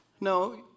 No